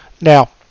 Now